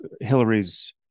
hillary's